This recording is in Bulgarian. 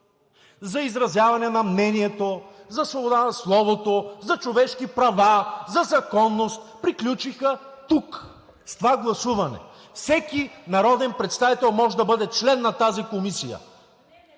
за изразяване на мнението, за свобода на словото, за човешки права, за законност приключиха тук с това гласуване. Всеки народен представител може да бъде член на тази комисия.